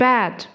Bad